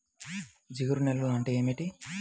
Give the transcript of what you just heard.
జిగురు నేలలు అంటే ఏమిటీ?